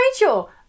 Rachel